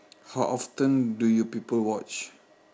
how often do you people watch